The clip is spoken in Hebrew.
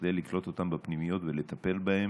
כדי שנקלוט אותם בפנימיות ונטפל בהם.